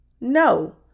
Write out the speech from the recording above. No